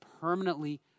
permanently